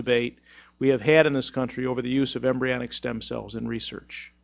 debate we have had in this country over the use of embryonic stem cells in research